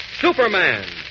Superman